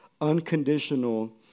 unconditional